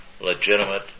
legitimate